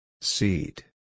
Seat